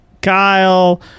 Kyle